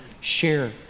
share